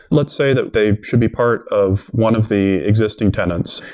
let's say that they should be part of one of the existing tenants.